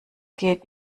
geht